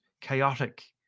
chaotic